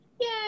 Yay